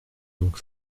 donc